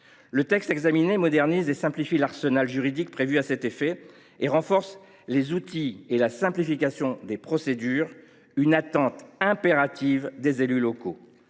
que nous examinons modernise et simplifie l’arsenal juridique prévu à cet effet et renforce les outils et la simplification des procédures – une attente impérative des élus locaux.